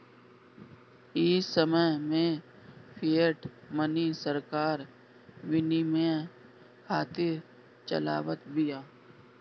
इ समय में फ़िएट मनी सरकार विनिमय खातिर चलावत बिया